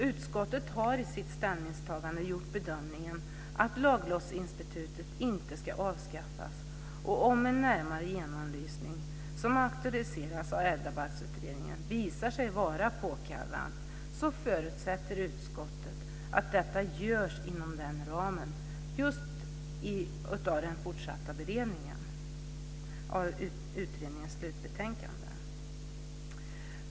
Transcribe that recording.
Utskottet har i sitt ställningstagande gjort bedömningen att laglottsinstitutet inte ska avskaffas. Om en närmare genomlysning som aktualiseras av Ärvdabalksutredningen visar sig vara påkallad förutsätter utskottet att detta görs inom den ramen just i den fortsatta beredningen av utredningens slutbetänkande.